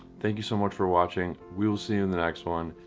thank you so much for watching. we'll see you in the next one.